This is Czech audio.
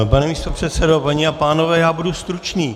Pane místopředsedo, paní a pánové, já budu stručný.